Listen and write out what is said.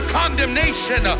condemnation